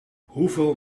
hoeveel